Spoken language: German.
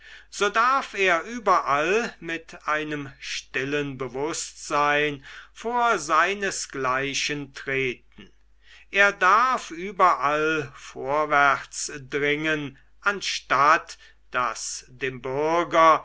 so darf er überall mit einem stillen bewußtsein vor seinesgleichen treten er darf überall vorwärts dringen anstatt daß dem bürger